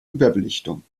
überbelichtung